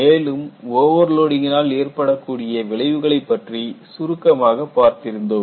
மேலும் ஓவர்லோடிங்கினால் ஏற்படக்கூடிய விளைவுகளைப் பற்றிச் சுருக்கமாக பார்த்திருந்தோம்